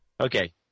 Okay